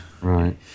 Right